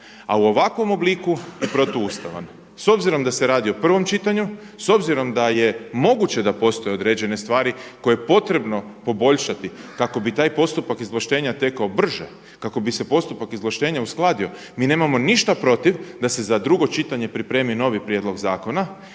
a u ovakvom obliku i protuustavan. S obzirom da se radi o prvom čitanju, s obzirom da je moguće da postoje određene stvari koje je potrebno poboljšati kako bi taj postupak izvlaštenje tekao brže, kako bi se postupak izvlaštenja uskladio. Mi nemamo ništa protiv da se za drugo čitanje pripremi novi prijedlog zakona.